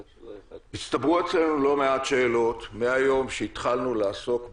הצטברו אצלנו לא מעט שאלות מהיום שהתחלנו לעסוק בדחיפות,